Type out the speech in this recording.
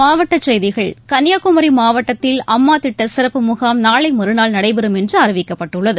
மாவட்ட செய்திகள் கன்னியாகுமரி மாவட்டத்தில் அம்மா திட்ட சிறப்பு முகாம் நாளை மறுநாள் நடைபெறும் என்று அறிவிக்கப்பட்டுள்ளது